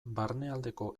barnealdeko